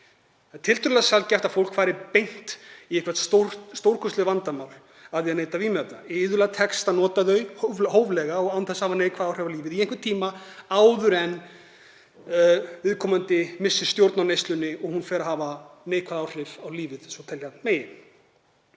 Það er tiltölulega sjaldgæft að fólk fari beint í einhver stórkostleg vandamál af því að neyta vímuefna. Iðulega tekst að nota þau hóflega og án þess að hafa neikvæð áhrif á lífið í einhvern tíma áður en viðkomandi missir stjórn á neyslunni og hún fer að hafa neikvæð áhrif á lífið svo telja megi.